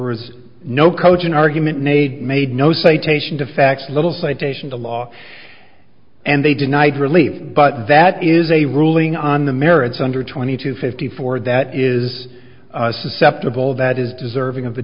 was no cogent argument made made no citation to fax little citation to law and they denied relief but that is a ruling on the merits under twenty two fifty four that is susceptible that is deserving of the